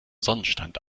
sonnenstand